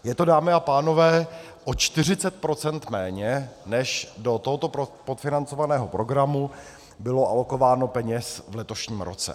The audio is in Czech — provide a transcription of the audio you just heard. Je to, dámy a pánové, o 40 % méně, než do tohoto podfinancovaného programu bylo alokováno peněz v letošním roce.